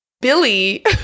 Billy